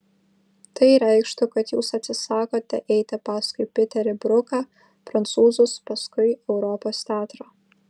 tai reikštų kad jūs atsisakote eiti paskui piterį bruką prancūzus paskui europos teatrą